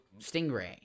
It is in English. Stingray